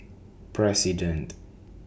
President